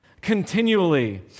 continually